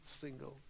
single